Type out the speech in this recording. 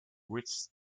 which